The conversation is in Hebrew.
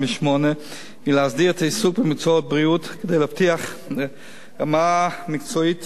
היא להסדיר את העיסוק במקצועות בריאות כדי להבטיח רמה מקצועית